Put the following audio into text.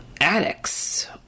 addicts